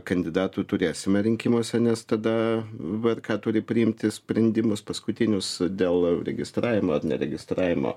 kandidatų turėsime rinkimuose nes tada vrk turi priimti sprendimus paskutinius dėl registravimo ar neregistravimo